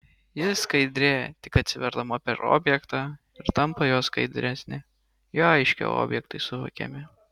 ji skaidrėja tik atsiverdama per objektą ir tampa juo skaidresnė juo aiškiau objektai suvokiami